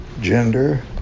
gender